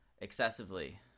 excessively